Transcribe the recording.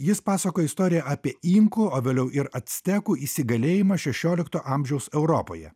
jis pasakoja istoriją apie inkų o vėliau ir actekų įsigalėjimą šešiolikto amžiaus europoje